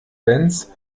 benz